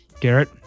Garrett